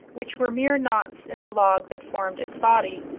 which were mere knots in the log that formed its body.